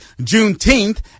Juneteenth